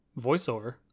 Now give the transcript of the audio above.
voiceover